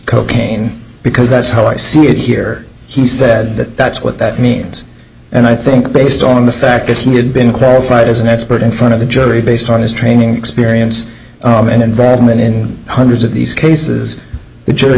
cocaine because that's how i see it here he said that that's what that means and i think based on the fact that he had been qualified as an expert in front of the jury based on his training experience and involvement in hundreds of these cases the jury